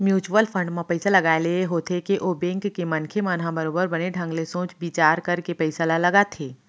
mutual fund म पइसा लगाए ले ये होथे के ओ बेंक के मनखे मन ह बरोबर बने ढंग ले सोच बिचार करके पइसा ल लगाथे